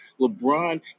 LeBron